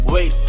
Wait